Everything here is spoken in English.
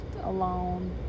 alone